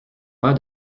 pas